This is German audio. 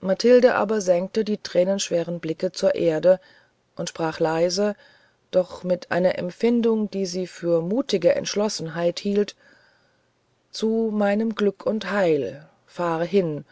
mathilde aber senkte die tränenschweren blicke zur erde und sprach leise doch mit einer empfindung die sie für mutige entschlossenheit hielt zu meinem glück und heil fahr hin